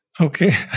Okay